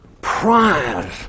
prize